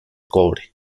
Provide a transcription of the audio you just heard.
cobre